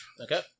Okay